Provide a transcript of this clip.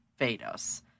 Vados